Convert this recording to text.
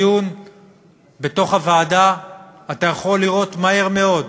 בדיון בוועדה אתה יכול לראות מהר מאוד